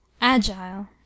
Agile